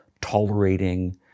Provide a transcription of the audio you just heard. tolerating